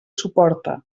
suporta